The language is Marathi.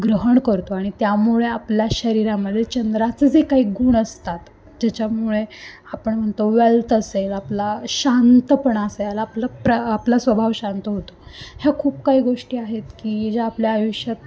ग्रहण करतो आणि त्यामुळे आपल्या शरीरामध्ये चंद्राचं जे काही गुण असतात ज्याच्यामुळे आपण म्हणतो वेल्थ असेल आपला शांतपणा असेल आपलं प्र आपला स्वभाव शांत होतो ह्या खूप काही गोष्टी आहेत की ज्या आपल्या आयुष्यात